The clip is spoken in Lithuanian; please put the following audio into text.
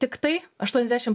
tiktai aštuoniasdešimt